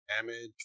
damage